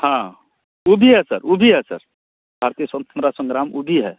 हाँ वह भी है सर वह भी है सर भारतीय स्वतंत्रता संग्राम वह भी है